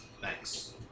Thanks